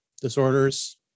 disorders